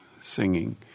singing